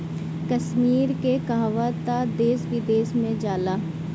कश्मीर के कहवा तअ देश विदेश में जाला